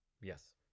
yes